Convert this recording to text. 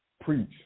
Preach